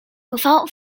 without